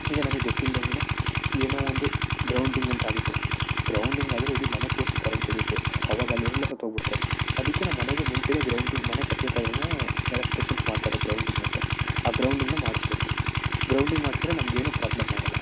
ಈಗ ನಮಗೆ ಗೊತ್ತಿಲ್ದಂಗೆಯೆ ಏನೋ ಒಂದು ಗ್ರೌಂಡಿಂಗ್ ಅಂತ ಆಗುತ್ತೆ ಗ್ರೌಂಡಿಂಗ್ ಆದರೆ ಇಡೀ ಮನೆ ಪೂರ್ತಿ ಕರೆಂಟ್ ಹೊಡಿಯುತ್ತೆ ಆವಾಗ ಅಲ್ಲಿ ಎಲ್ಲ ಸತ್ತೋಗಿಬಿಡ್ತಾರೆ ಅದಕ್ಕೆ ಮನೆಗೆ ಮುಂಚೆಯೇ ಗ್ರೌಂಡಿಂಗ್ ಮನೆ ಕಟ್ಬೇಕಾದ್ರೆಯೇ ಎಲೆಕ್ಟ್ರಿಷಿಯನ್ಸ್ ಮಾಡ್ತಾರೆ ಗ್ರೌಂಡಿಂಗ್ ಅಂತ ಆ ಗ್ರೌಂಡಿಂಗ್ನ ಮಾಡಿಸ್ಬೇಕು ಗ್ರೌಂಡಿಂಗ್ ಮಾಡ್ಸಿರೆ ನಮಗೇನು ಪ್ರಾಬ್ಲಮಾಗೋಲ್ಲ